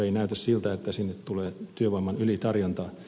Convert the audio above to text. ei näytä siltä että sinne tulee työvoiman ylitarjontaa